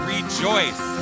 Rejoice